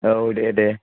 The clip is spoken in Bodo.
औ दे दे